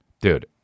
Dude